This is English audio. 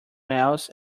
nails